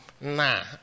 Nah